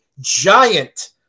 giant